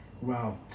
Wow